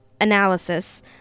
analysis